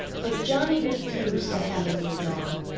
but johnnie refused to have a new dog.